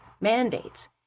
mandates